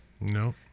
No